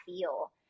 feel